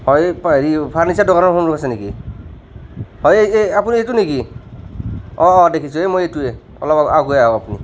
হয় হেৰি ফাৰ্নিচাৰ দোকানৰ সন্মুখত আছে নেকি হয় এই আপুনি এইটো নেকি অ অ দেখিছোঁ মই এইটোৱেই অলপ আগুৱাই আহক অপুনি